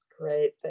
Great